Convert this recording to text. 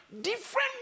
different